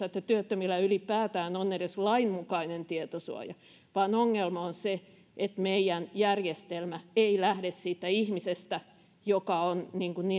että työttömillä ylipäätään on edes lainmukainen tietosuoja vaan ongelma on se että meidän järjestelmämme ei lähde siitä ihmisestä joka on